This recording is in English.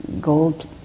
gold